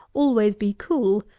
always be cool,